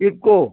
UCO